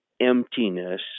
emptiness